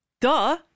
Duh